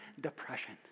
depression